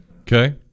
Okay